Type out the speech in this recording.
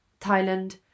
Thailand